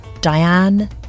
Diane